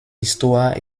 histoire